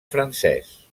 francès